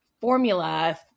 formula